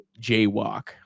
jaywalk